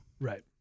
Right